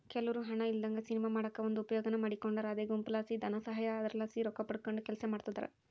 ಕೆಲವ್ರು ಹಣ ಇಲ್ಲದಂಗ ಸಿನಿಮಾ ಮಾಡಕ ಒಂದು ಉಪಾಯಾನ ಮಾಡಿಕೊಂಡಾರ ಅದೇ ಗುಂಪುಲಾಸಿ ಧನಸಹಾಯ, ಅದರಲಾಸಿ ರೊಕ್ಕಪಡಕಂಡು ಕೆಲಸ ಮಾಡ್ತದರ